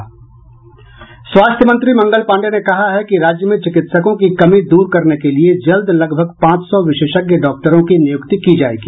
स्वास्थ्य मंत्री मंगल पांडेय ने कहा है कि राज्य में चिकित्सकों की कमी दूर करने के लिए जल्द लगभग पांच सौ विशेषज्ञ डॉक्टरों की नियुक्ति की जायेगी